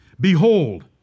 Behold